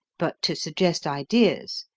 but to suggest ideas,